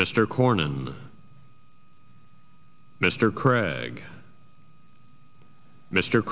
mr corn and mr cragg mr